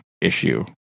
issue